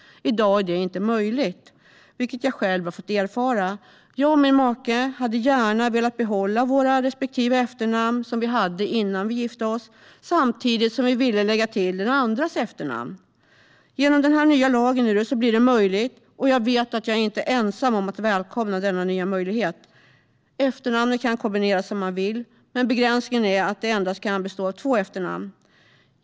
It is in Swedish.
I dag är detta inte möjligt, vilket jag själv har fått erfara. Jag och min make hade gärna velat behålla de respektive efternamn som vi hade innan vi gifte oss, samtidigt som vi ville lägga till den andras efternamn. Genom denna nya lag blir detta möjligt, och jag vet att jag inte är ensam om att välkomna denna nya möjlighet. Efternamnen kan kombineras som man vill. Begränsningen är att inte fler än två efternamn tillåts.